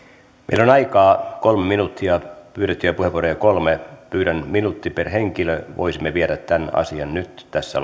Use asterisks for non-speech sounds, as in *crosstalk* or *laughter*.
on aikaa kolme minuuttia pyydettyjä puheenvuoroja kolme pyydän minuutti per henkilö voisimme viedä tämän asian nyt tässä *unintelligible*